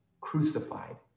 crucified